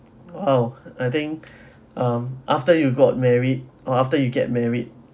oh I think um after you got married or after you get married